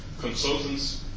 consultants